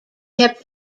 kept